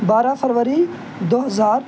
بارہ فروری دو ہزار